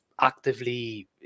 Actively